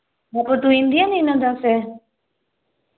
पो तूं ईंदिअ न हिन दफ़े